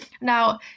Now